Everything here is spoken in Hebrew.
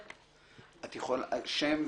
בבקשה.